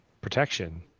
protection